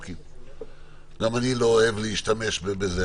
גם אני לא אוהב להשתמש בזה.